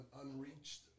unreached